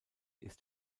ist